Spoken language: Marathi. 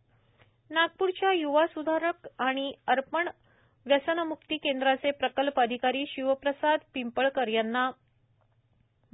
व्यसनम्क्ती प्रस्कार नागपूरच्या युवा सुधारक आणि अर्पण व्यसनमुक्ती केंद्राचे प्रकल्प अधिकारी शिवप्रसाद दीपक पिंपळकर यांना